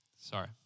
Sorry